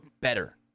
better